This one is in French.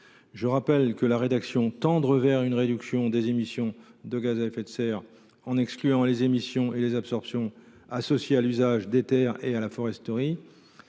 Je rappelle que la rédaction retenue, à savoir « tendre vers une réduction des émissions de gaz à effet de serre en excluant les émissions et les absorptions associées à l’usage des terres et à la foresterie